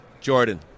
Jordan